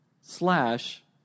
slash